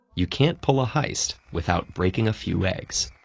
you can't pull a heist without breaking a few eggs.